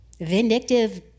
vindictive